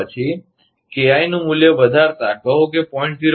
તે પછી KI નું મૂલ્ય વધારતા કહો કે 0